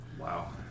wow